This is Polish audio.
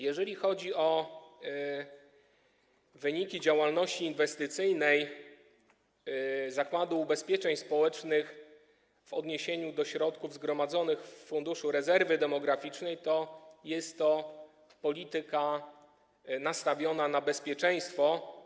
Jeżeli chodzi o wyniki działalności inwestycyjnej Zakładu Ubezpieczeń Społecznych w odniesieniu do środków zgromadzonych w Funduszu Rezerwy Demograficznej, to jest to polityka nastawiona na bezpieczeństwo.